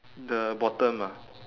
the bottom ah